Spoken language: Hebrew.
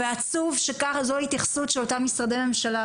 עצוב שזו ההתייחסות של אותם משרדי ממשלה.